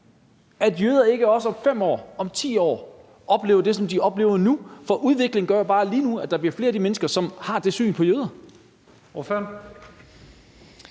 at jøder ikke også om 5 år og om 10 år oplever det, som de oplever nu, for udviklingen gør jo bare, at lige nu bliver der flere af de mennesker, som har det syn på jøder. Kl.